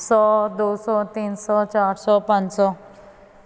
ਸੌ ਦੋ ਸੌ ਤਿੰਨ ਸੌ ਚਾਰ ਸੌ ਪੰਜ ਸੌ